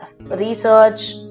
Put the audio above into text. research